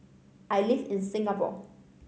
I live in Singapore